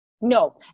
No